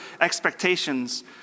expectations